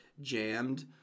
jammed